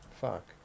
fuck